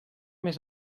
més